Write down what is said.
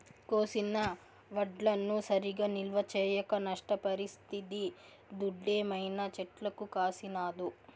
కోసిన వడ్లను సరిగా నిల్వ చేయక నష్టపరిస్తిది దుడ్డేమైనా చెట్లకు కాసినాదో